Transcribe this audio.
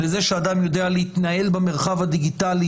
לזה שאדם יודע להתנהל במרחב הדיגיטלי